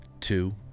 two